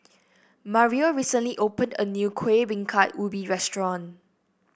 Mario recently opened a new Kueh Bingka Ubi restaurant